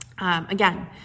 Again